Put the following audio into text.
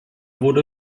wurde